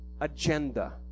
agenda